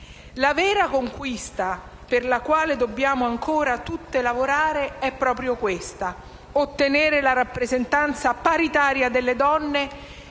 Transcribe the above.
La vera conquista per la quale dobbiamo ancora tutte lavorare è proprio questa: ottenere la rappresentanza paritaria delle donne